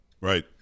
right